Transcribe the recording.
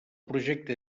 projecte